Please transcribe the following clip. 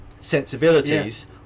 sensibilities